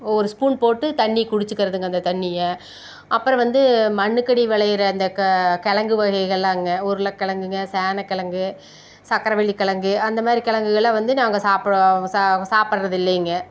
ஒரு ஸ்பூன் போட்டு தண்ணி குடிச்சுக்கிறதுங்க அந்த தண்ணியை அப்புறம் வந்து மண்ணுக்கடி விளையிற அந்த கிழங்கு வகைகள்லாங்க உருளக்கிழங்குங்க சேனைக்கிழங்கு சக்கரவள்ளிக்கிழங்கு அந்தமாதிரி கிழங்குகளை வந்து நாங்கள் சாப்பிட சாப்பிடுறது இல்லைங்க